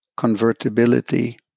convertibility